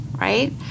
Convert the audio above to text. right